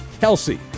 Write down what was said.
Kelsey